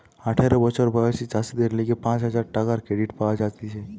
আঠারো বছর বয়সী চাষীদের লিগে পাঁচ হাজার টাকার ক্রেডিট পাওয়া যাতিছে